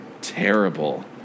terrible